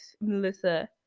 Melissa